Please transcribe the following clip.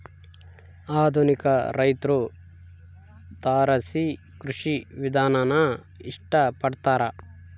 ಆಧುನಿಕ ರೈತ್ರು ತಾರಸಿ ಕೃಷಿ ವಿಧಾನಾನ ಇಷ್ಟ ಪಡ್ತಾರ